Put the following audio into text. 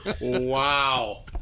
wow